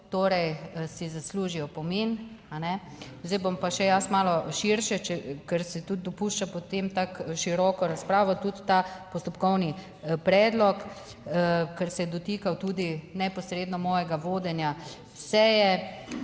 torej si zasluži opomin, a ne. Zdaj bom pa še jaz malo širše, ker se tudi dopušča potem tako široko razpravo, tudi ta postopkovni predlog. Ker se je dotikal tudi neposredno mojega vodenja seje.